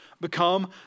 become